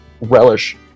relish